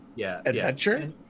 adventure